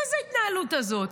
מה זו ההתנהלות הזאת?